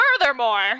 Furthermore